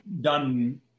done